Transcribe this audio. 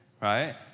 right